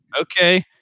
Okay